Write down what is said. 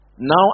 Now